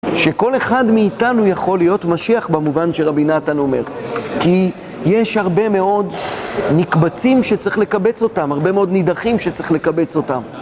שכל אחד מאיתנו יכול להיות משיח במובן שרבי נתן אומר, כי יש הרבה מאוד נקבצים שצריך לקבץ אותם, הרבה מאוד נידחים שצריך לקבץ אותם